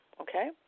okay